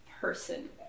person